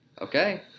Okay